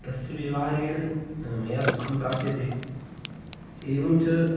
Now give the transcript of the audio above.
तस्य व्यवहारेण मया दुःखं प्राप्यते एवञ्च